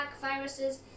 viruses